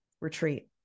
retreat